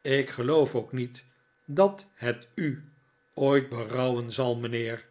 ik geloof ook niet dat het u ooit berouwen zal mijnheer